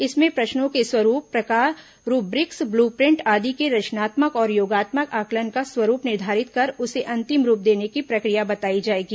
इसमें प्रश्नों के स्वरूप प्रकार रूब्रिक्स ब्लूप्रिंट आदि के रचनात्मक और योगात्मक आंकलन का स्वरूप निर्धारित कर उसे अंतिम रूप देने की प्रक्रिया बताई जाएगी